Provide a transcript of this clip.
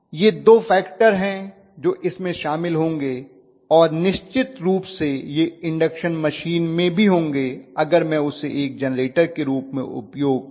ये दो फैक्टर हैं जो इसमें शामिल होंगे और निश्चित रूप से यह इंडक्शन मशीन में भी होंगे अगर मैं उसे एक जेनरेटर के रूप में उपयोग कर रहा हूं